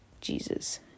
Jesus